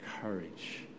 courage